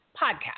podcast